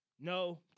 No